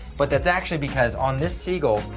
but that's actually because on this seagull,